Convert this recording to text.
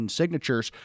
signatures